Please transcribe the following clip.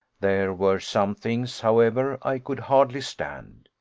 there were some things, however, i could hardly stand.